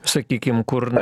sakykim kur